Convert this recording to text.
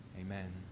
Amen